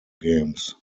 games